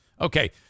Okay